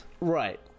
Right